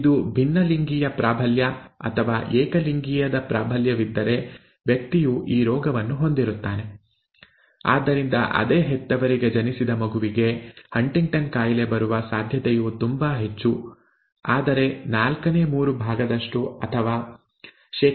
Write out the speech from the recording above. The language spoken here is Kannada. ಇದು ಭಿನ್ನಲಿಂಗೀಯದ ಪ್ರಾಬಲ್ಯ ಅಥವಾ ಏಕಲಿಂಗೀಯದ ಪ್ರಾಬಲ್ಯವಿದ್ದರೆ ವ್ಯಕ್ತಿಯು ಈ ರೋಗವನ್ನು ಹೊಂದಿರುತ್ತಾನೆ ಆದ್ದರಿಂದ ಅದೇ ಹೆತ್ತವರಿಗೆ ಜನಿಸಿದ ಮಗುವಿಗೆ ಹಂಟಿಂಗ್ಟನ್ ಕಾಯಿಲೆ ಬರುವ ಸಂಭವನೀಯತೆಯು ತುಂಬಾ ಹೆಚ್ಚು ಅಂದರೆ ನಾಲ್ಕನೇ ಮೂರು ಭಾಗದಷ್ಟು ಅಥವಾ ಶೇ